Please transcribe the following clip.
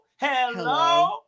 Hello